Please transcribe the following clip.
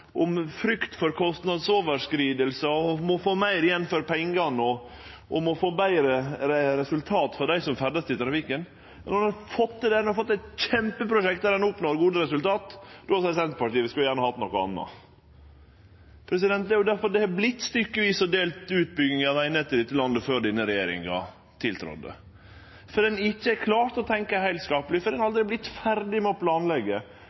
om frykt for kostnadsoverskridingar, om å få meir igjen for pengane og om å få betre resultat for dei som ferdast i trafikken – når ein har fått til det, når ein har fått eit kjempeprosjekt der ein oppnår gode resultat, då seier Senterpartiet at dei gjerne skulle hatt noko anna. Det er jo difor det har vorte stykkevis og delt utbygging av vegnettet i dette landet før denne regjeringa tiltredde: Det er fordi ein ikkje har klart å tenkje heilskapleg, fordi ein aldri har vorte ferdig med å